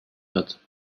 hat